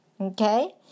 okay